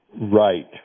Right